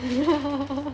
you ha ha